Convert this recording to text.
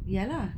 ya lah